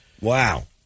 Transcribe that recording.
Wow